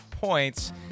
points